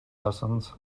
lessons